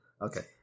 Okay